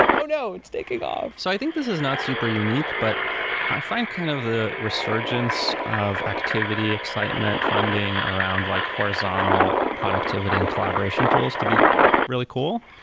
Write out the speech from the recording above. oh, no. it's taking off so i think this is not super unique, but i find kind of the resurgence of activity excitement funding around like horizontal productivity and collaboration tools to be really cool.